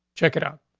check it out.